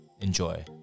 Enjoy